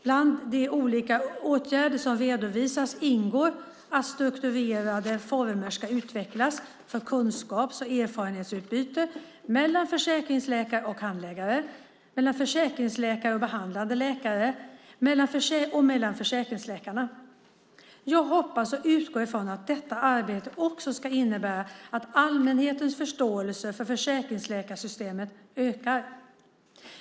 Bland de olika åtgärder som redovisas ingår att strukturerade former ska utvecklas för kunskaps och erfarenhetsutbyte mellan försäkringsläkare och handläggare, mellan försäkringsläkare och behandlande läkare samt mellan försäkringsläkarna. Jag hoppas och utgår från att detta arbete också ska innebära att allmänhetens förståelse för försäkringsläkarsystemet ökar.